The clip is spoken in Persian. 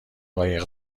قایق